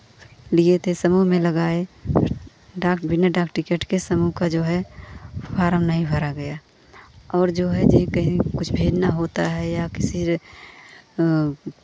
लिए थे समूह में लगाए डाक बिना डाक टिकट के समूह का जो है फारम नहीं भरा गया और जो है जे कहीं कुछ भेजना होता है या किसी रे